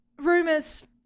rumors